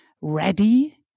ready